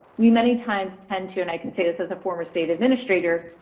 we many times tend to, and i can say this as a former state administrator,